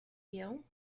you